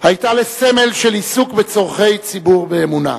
היתה לסמל של עיסוק בצורכי ציבור באמונה.